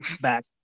back